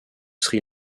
sri